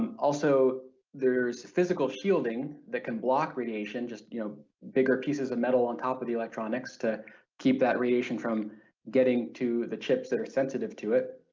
also there's physical shielding that can block radiation just you know bigger pieces of metal on top of the electronics to keep that radiation from getting to the chips that are sensitive to it.